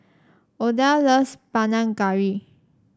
Odell loves Panang Curry